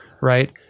right